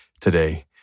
today